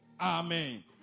Amen